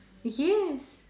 yes she